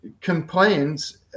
complains